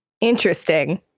Interesting